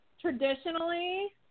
traditionally